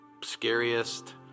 scariest